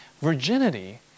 virginity